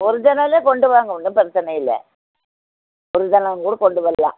ஒர்ஜினலே கொண்டு வாங்க ஒன்றும் பிரச்சனையில்லை ஒர்ஜினல் கூட கொண்டு வரலாம்